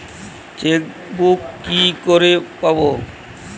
Chequebook কি করে পাবো?